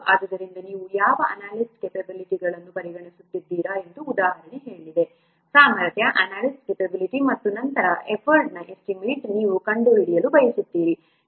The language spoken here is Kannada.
ಆದ್ದರಿಂದ ನೀವು ಯಾವ ಅನಾಲಿಸ್ಟ್ ಕ್ಯಾಪೆಬಿಲಿಟಿಅನ್ನು ಪರಿಗಣಿಸುತ್ತಿದ್ದೀರಿ ಎಂದು ಉದಾಹರಣೆ ಹೇಳಿದೆ ಸಾಮರ್ಥ್ಯ ಅನಾಲಿಸ್ಟ್ ಕ್ಯಾಪೆಬಿಲಿಟಿ ಮತ್ತು ನಂತರ ಎಫರ್ಟ್ನ ಎಸ್ಟಿಮೇಟ್ ನೀವು ಕಂಡುಹಿಡಿಯಲು ಬಯಸುತ್ತೀರಿ